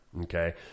Okay